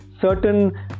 certain